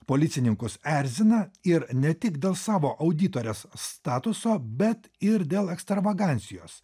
policininkus erzina ir ne tik dėl savo auditorės statuso bet ir dėl ekstravagancijos